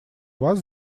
вас